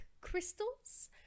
crystals